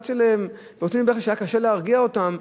שלהם ונותנים בכי שהיה קשה להרגיע אותם,